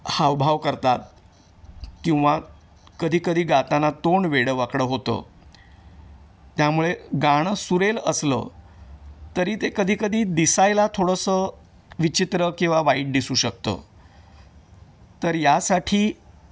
हावभाव करतात किंवा कधीकधी गाताना तोंड वेडंवाकडं होतं त्यामुळे गाणं सुरेल असलं तरी ते कधीकधी दिसायला थोडंसं विचित्र किंवा वाईट दिसू शकतं तर यासाठी